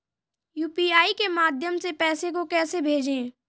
UPI के माध्यम से पैसे को कैसे भेजें?